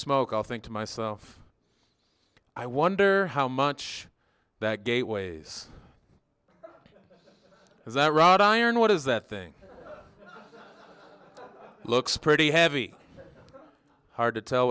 smoke i'll think to myself i wonder how much that gateway's is that rot iron what is that thing looks pretty heavy hard to tell